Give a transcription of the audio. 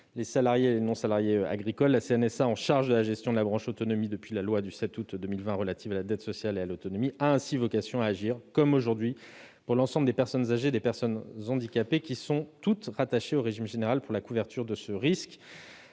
les salariés et les non-salariés agricoles. La CNSA, chargée de la gestion de la branche autonomie depuis la loi du 7 août 2020 relative à la dette sociale et à l'autonomie, a ainsi vocation à agir comme aujourd'hui pour l'ensemble des personnes âgées et des personnes handicapées, qui sont toutes rattachées au régime général pour la couverture de ce risque.